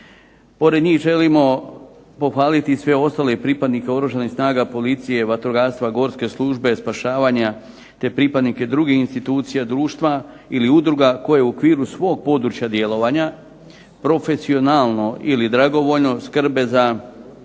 Pored njih želimo pohvaliti i sve ostale pripadnike oružanih snaga policije, vatrogastva, gorske službe spašavanja, te pripadnike drugih institucija društva ili udruga koje u okviru svog područja djelovanja profesionalno ili dragovoljno skrbe za